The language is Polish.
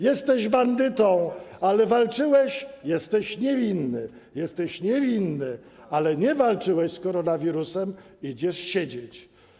Jesteś bandytą, ale walczyłeś, jesteś niewinny, jesteś niewinny, a gdy nie walczyłeś z koronawirusem, idziesz siedzieć.